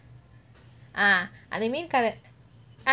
ah அந்த மீன் கடை:antha meen kadai